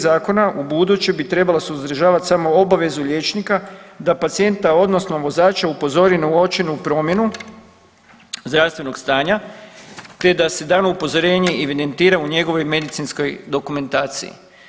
Zakona u buduće bi trebala sadržavat samo obavezu liječnika da pacijenta, odnosno vozača upozori na uočenu promjenu zdravstvenog stanja, te da se dano upozorenje evidentira u njegovoj medicinskoj dokumentaciji.